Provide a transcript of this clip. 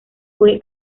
fue